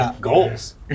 Goals